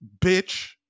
bitch